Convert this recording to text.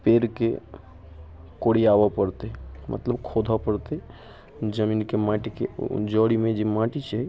पेड़के कोरियाबऽ पड़तै मतलब खोदऽ पड़तै जमीनके माटिके जड़िमे जे माटि छै